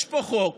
יש פה חוק